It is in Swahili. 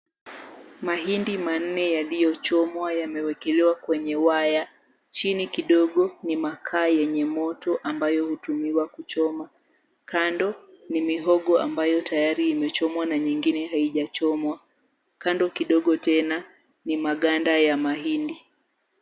Mahindi manne yaliyochomwa yamewekelewa kwenye waya. Chini kidogo ni makaa ambayo hutumiwa kuchoma. Kando ni mihogo ambayo tayari imechomeka na nyingine haijachomwa. Kando kidogo tena ni maganda ya mahindi.